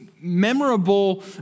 memorable